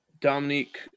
Dominique